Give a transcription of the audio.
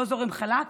לא זורם חלק,